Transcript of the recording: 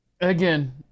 Again